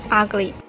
ugly